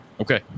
Okay